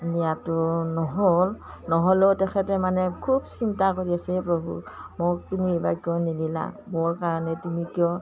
নিয়াটো নহ'ল নহ'লেও তেখেতে মানে খুব চিন্তা কৰি আছে এই প্ৰভু মোক তুমি এইবাৰ কিয় নিদিলা মোৰ কাৰণে তুমি কিয়